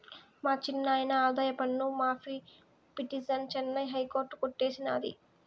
మా చిన్నాయిన ఆదాయపన్ను మాఫీ పిటిసన్ చెన్నై హైకోర్టు కొట్టేసినాది